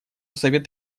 совет